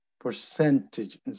percentage